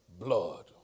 blood